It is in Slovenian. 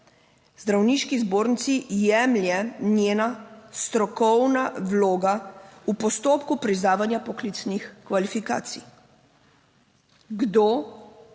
Zdravniški zbornici jemlje njena strokovna vloga v postopku priznavanja poklicnih kvalifikacij. Kdo,